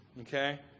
okay